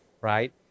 right